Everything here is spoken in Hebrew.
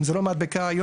אם זה לא מדבקה היום,